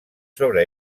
sobre